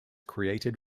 created